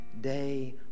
day